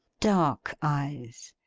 dark eyes,